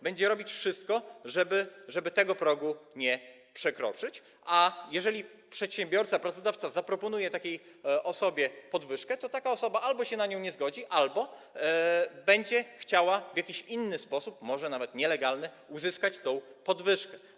Będą robić wszystko, żeby tego progu nie przekroczyć, a jeżeli przedsiębiorca, pracodawca zaproponuje takim osobom podwyżkę, to takie osoby albo się na nią nie zgodzą, albo będą chciały w jakiś inny sposób, może nawet nielegalny, uzyskać tę podwyżkę.